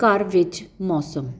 ਘਰ ਵਿੱਚ ਮੌਸਮ